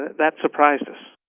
that surprised us.